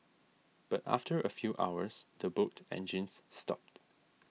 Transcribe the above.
but after a few hours the boat engines stopped